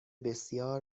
بسیار